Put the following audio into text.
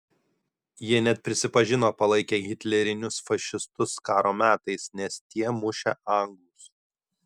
jie net prisipažino palaikę hitlerinius fašistus karo metais nes tie mušę anglus